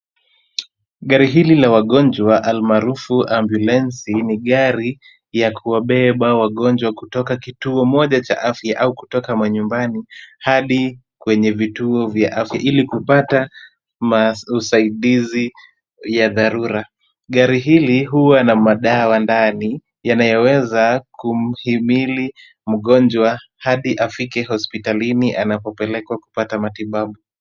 Gari hili la wagonjwa almaarufu ambulensi ni gari ya kuwabeba wagonjwa kutoka kituo moja cha afya au kutoka manyumbani hadi kwenye vituo vya afya ili kupata usaidizi ya dharura. Gari hili huwa na madawa ndani yanayoweza kumhimili mgonjwa hadi afike hospitalini anapopelekwa kupata matibabu.